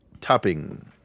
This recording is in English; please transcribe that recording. topping